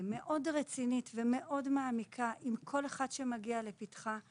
מאוד רצינית ונכונה עם כל אחד שמגיע לפתחם.